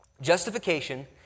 Justification